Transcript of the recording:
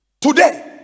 Today